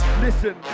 Listen